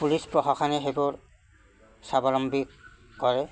police প্ৰশাসনে সেইবোৰ স্বাৱলম্বী কৰে